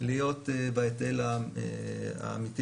להיות בהיטל האמיתי